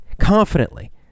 confidently